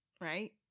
right